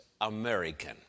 American